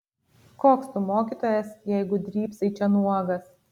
koks tu mokytojas jeigu drybsai čia nuogas